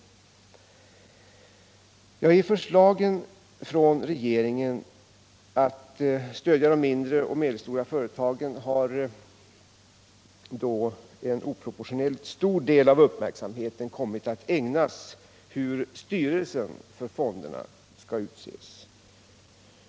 Vid behandlingen av förslagen från regeringen om att stödja de mindre och medelstora företagen har en oproportionerligt stor del av uppmärksamheten ägnats hur styrelsen för fonderna skall utses.